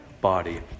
body